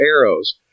arrows